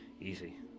Easy